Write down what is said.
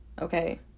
Okay